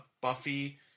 Buffy